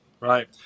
right